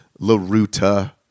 LaRuta